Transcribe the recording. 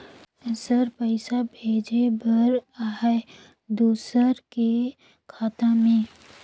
Sir पइसा भेजे बर आहाय दुसर के खाता मे?